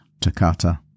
Takata